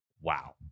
Wow